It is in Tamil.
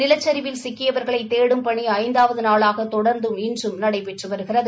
நிலச்சிவில் சிக்கியவர்களை தேடும் பணி ஐந்தாவது நாளாக தொடர்ந்து இன்றும் நடைபெற்று வருகிறது